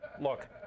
Look